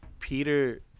Peter